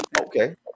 Okay